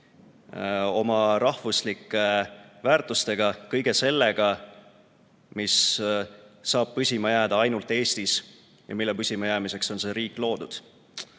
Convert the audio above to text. oma rahvuslike väärtustega, kõige sellega, mis saab püsima jääda ainult Eestis ja mille püsima jäämiseks on see riik loodud. Üks